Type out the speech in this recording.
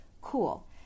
Cool